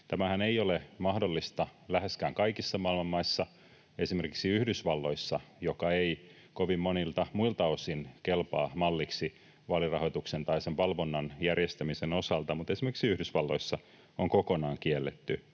Tämähän ei ole mahdollista läheskään kaikissa maailman maissa, esimerkiksi Yhdysvalloissa — joka ei kovin monilta muilta osin kelpaa malliksi vaalirahoituksen tai sen valvonnan järjestämisen osalta. Eli esimerkiksi Yhdysvalloissa on kokonaan kielletty